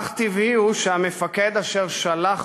אך טבעי הוא שהמפקד אשר שלח